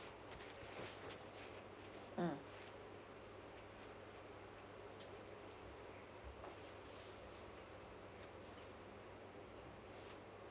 mm